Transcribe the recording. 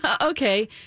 okay